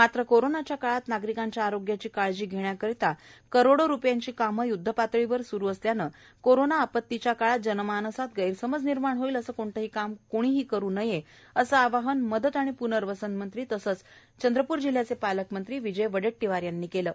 मात्र कोरोनाच्या काळात नागरिकांच्या आरोग्याची काळजी घेण्याकरीता करोडो रुपयांची कामे य्द्धपातळीवर स्रू असल्याने कोरोना आपत्तीच्या काळात जनमानसात गैरसमज निर्माण होईल असे कोणतेही काम कोणीही करू नये असे आवाहन मदत व प्नर्वसन मंत्री तथा जिल्ह्याचे पालकमंत्री विजय वडेट्टीवार यांनी केले आहे